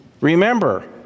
Remember